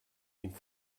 ihn